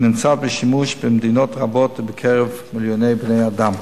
ונמצאת בשימוש במדינות רבות בקרב מיליוני בני-אדם.